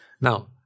Now